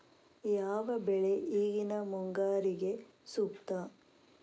ಯಾವ ಬೆಳೆ ಈಗಿನ ಮುಂಗಾರಿಗೆ ಸೂಕ್ತ?